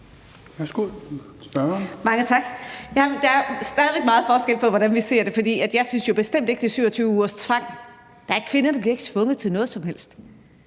tak. Der er stadig væk meget forskel på, hvordan vi ser det, for jeg synes jo bestemt ikke, det er 27 ugers tvang. Nej, kvinder bliver ikke tvunget til noget som helst.